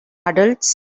adults